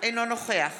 אינו נוכח